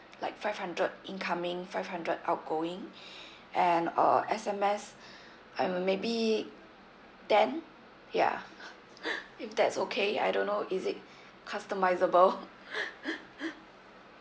like five hundred incoming five hundred outgoing and uh SMS um maybe ten ya if that's okay I don't know is it customizable